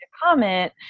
comment